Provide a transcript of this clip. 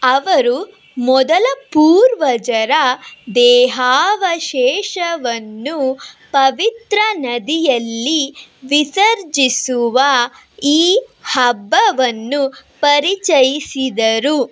ಅವರು ಮೊದಲ ಪೂರ್ವಜರ ದೇಹಾವಶೇಷವನ್ನು ಪವಿತ್ರ ನದಿಯಲ್ಲಿ ವಿಸರ್ಜಿಸುವ ಈ ಹಬ್ಬವನ್ನು ಪರಿಚಯಿಸಿದರು